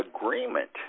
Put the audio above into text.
agreement